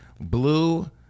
blue